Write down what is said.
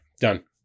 Done